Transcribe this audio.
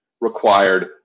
required